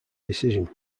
decision